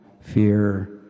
fear